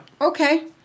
Okay